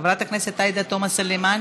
חברת הכנסת עאידה תומא סלימאן,